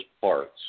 parts